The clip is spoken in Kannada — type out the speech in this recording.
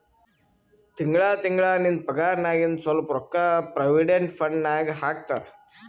ತಿಂಗಳಾ ತಿಂಗಳಾ ನಿಂದ್ ಪಗಾರ್ನಾಗಿಂದ್ ಸ್ವಲ್ಪ ರೊಕ್ಕಾ ಪ್ರೊವಿಡೆಂಟ್ ಫಂಡ್ ನಾಗ್ ಹಾಕ್ತಾರ್